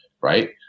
right